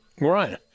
right